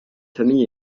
famille